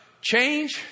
Change